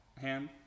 hand